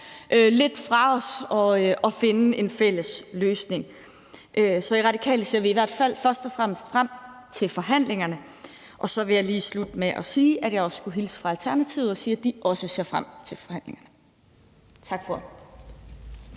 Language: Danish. har, fra os og finde en fælles løsning. I Radikale ser vi i hvert fald først og fremmest frem til forhandlingerne. Og så vil jeg lige slutte med at sige, at jeg også skulle hilse fra Alternativet og sige, at de også ser frem til forhandlingerne. Tak for